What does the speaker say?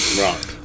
Right